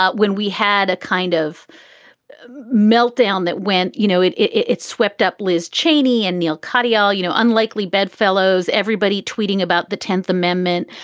when we had a kind of meltdown that went, you know, it it swept up liz cheney and neal katyal, you know, unlikely bedfellows. everybody tweeting about the tenth amendment.